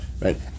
Right